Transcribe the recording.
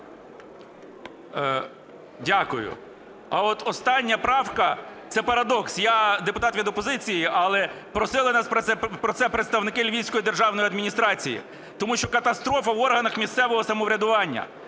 Дякую А от остання правка – це парадокс. Я депутат від опозиції, але просили нас про це представники Львівської державної адміністрації, тому що катастрофа в органах місцевого самоврядування.